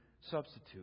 substitute